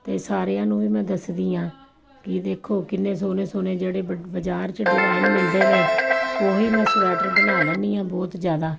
ਅਤੇ ਸਾਰਿਆਂ ਨੂੰ ਵੀ ਮੈਂ ਦੱਸਦੀ ਹਾਂ ਕਿ ਦੇਖੋ ਕਿੰਨੇ ਸੋਹਣੇ ਸੋਹਣੇ ਜਿਹੜੇ ਬਾਜ਼ਾਰ 'ਚ ਡਿਜ਼ਾਇੰਨ ਮਿਲਦੇ ਨੇ ਉਹੀ ਮੈਂ ਸਵੈਟਰ ਬਣਾ ਲੈਂਦੀ ਹਾਂ ਬਹੁਤ ਜ਼ਿਆਦਾ